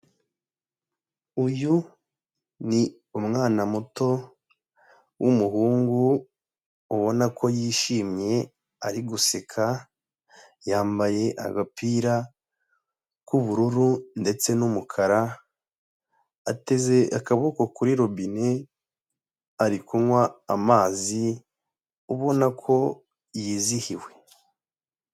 Uyu ni umwana muto w'umuhungu, ubona ko yishimye, ari guseka, yambaye agapira k'ubururu ndetse n'umukara, ateze akaboko kuri robine, ari kunywa amazi, ubona ko yizihiwe.